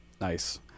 Nice